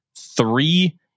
three